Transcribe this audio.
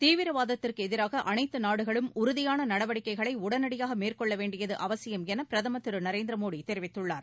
தீவிரவாதத்திற்கு எதிராக அனைத்து நாடுகளும் உறுதியான நடவடிக்கைகளை உடனடியாக மேற்கொள்ள வேண்டியது அவசியம் என பிரதமர் திரு நரேந்திர மோடி தெரிவித்துள்ளார்